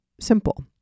simple